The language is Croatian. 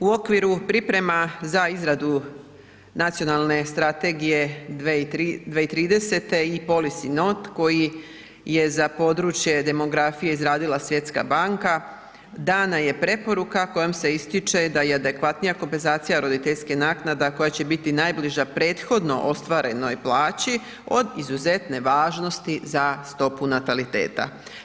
U okviru priprema za izradu nacionalne strategije 2030. i policy note koji je za područje demografije izradila Svjetska banka, dana je preporuka kojom se ističe da je adekvatnija kompenzacija roditeljske naknada koja će biti najbliža prethodno ostvarenoj plaći od izuzetne važnosti za stopu nataliteta.